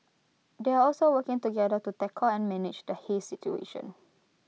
they are also working together to tackle and manage the haze situation